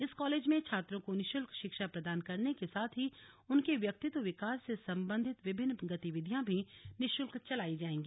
इस कालेज में छात्रों को निशुल्क शिक्षा प्रदान करने के साथ ही उनके व्यक्तित्व विकास से सम्बन्धित विभिन्न गतिविधियां भी निशुल्क चलाई जायेगी